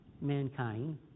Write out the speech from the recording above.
mankind